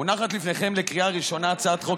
מונחת לפניכם לקריאה ראשונה הצעת חוק